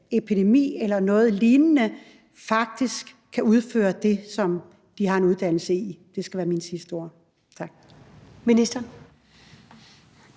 epidemi eller noget lignende faktisk kan udføre det, som de har en uddannelse i. Det skal være mine sidste ord her.